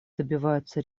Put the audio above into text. добиваются